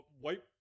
white